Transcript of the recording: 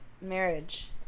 marriage